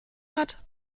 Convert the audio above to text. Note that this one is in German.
hat